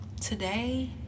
today